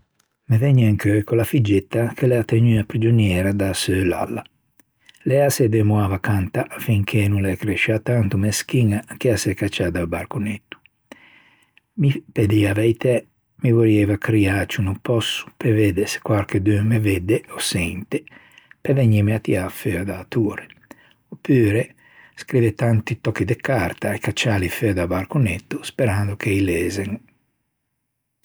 Me vëgne in cheu quella figgetta ch'a l'ea tegnua prigioniera da seu lalla. Lê a se demoava à cantâ fin che no l'é cresciua tanto meschiña ch'a s'é cacciâ da-o barconetto. Mi pe dî a veitæ, mi orrieiva criâ à ciù no pòsso pe vedde se quarchedun me vedde ò sente pe vegnîme à tiâ feua da-a tore. Opure scrive tanti tòcchi de carta e cacciâli feua da-o barconetto sperando che i lezen.